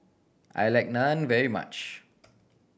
I like Naan very much